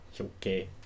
okay